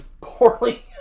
poorly